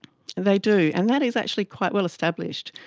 they do, and that is actually quite well established,